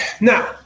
Now